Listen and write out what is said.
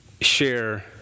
share